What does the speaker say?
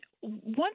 One